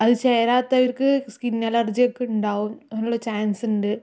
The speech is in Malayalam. അത് ചേരാത്തവർക്ക് സ്കിൻ അലർജിയൊക്കെ ഉണ്ടാവും അതിനുള്ള ചാൻസുണ്ട്